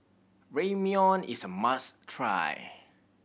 Ramyeon is a must try